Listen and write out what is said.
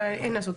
אבל אין מה לעשות,